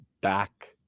back